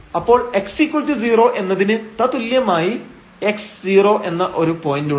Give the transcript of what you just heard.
അപ്പോൾ x0 എന്നതിന് തത്തുല്യമായി x0 എന്ന ഒരു പോയന്റുണ്ട്